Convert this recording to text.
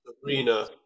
Sabrina